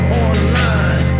online